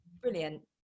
brilliant